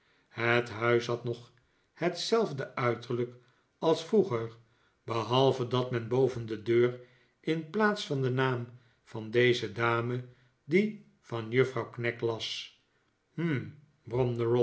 het huis had nog hetzelfde uiterlijk als vroeger behalve dat men boven de deur in plaats van den naam van deze dame die van juffrouw knag las hm